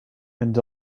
and